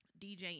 DJ